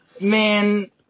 Man